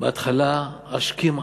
בהתחלה השכם,